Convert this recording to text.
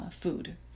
food